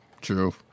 true